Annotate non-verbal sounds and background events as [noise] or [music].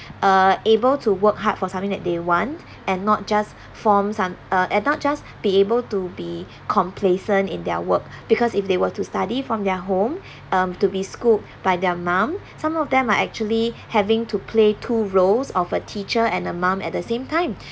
uh able to work hard for something that they want and not just forms so~ uh and not just be able to be complacent in their work because if they were to study from their home [breath] um to be school by their mum some of them are actually having to play two roles of a teacher and a mum at the same time